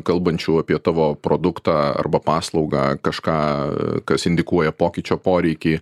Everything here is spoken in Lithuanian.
kalbančių apie tavo produktą arba paslaugą kažką kas indikuoja pokyčio poreikį